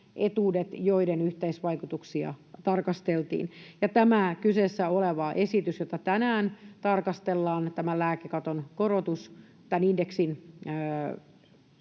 etuudet, joiden yhteisvaikutuksia tarkasteltiin. Ja tämä kyseessä oleva esitys, jota tänään tarkastellaan, tämä lääkekaton korotus tämän indeksin